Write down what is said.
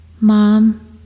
mom